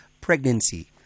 pregnancy